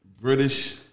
British